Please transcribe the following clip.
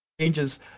changes